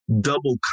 double